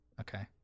Okay